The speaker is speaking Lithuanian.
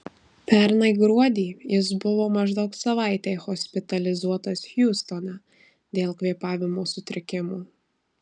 pernai gruodį jis buvo maždaug savaitei hospitalizuotas hjustone dėl kvėpavimo sutrikimų